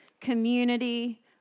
community